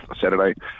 Saturday